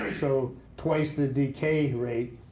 so twice the decay rate